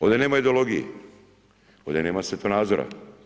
Ovdje nema ideologije, ovdje nema svjetonazora.